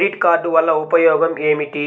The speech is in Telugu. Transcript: క్రెడిట్ కార్డ్ వల్ల ఉపయోగం ఏమిటీ?